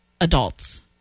adults